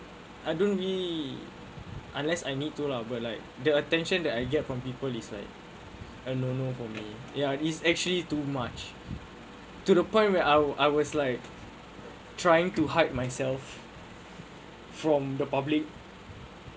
I don't really unless I need to lah but Iike the attention that I get from people is like I don't know for me ya it's actually too much to the point where I was I was like trying to hide myself from the public